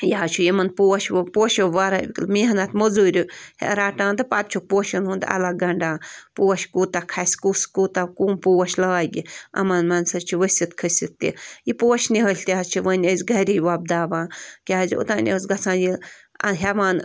یہِ حظ چھُ یِمن پوش پوشو واریاہ محنت موٚزوٗرۍ ہٮ۪تھ رَٹان تہٕ پتہٕ چھُ پوشن ہُنٛد الگ گنٛڈان پوش کوٗتاہ کھسہِ کُس کوٗتاہ کٕم پوش لاگہِ یِمن منٛز حظ چھِ ؤسِتھ کٔھسِتھ تہِ یہِ پوش نِہٲلۍ تہِ حظ چھِ وۅنۍ أسۍ گَری وۄپداوان کیٛازِ اوٚتانۍ أسۍ گَژھان یہِ ہٮ۪وان